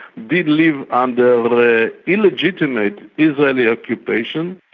did live under the illegitimate israeli occupation,